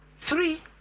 three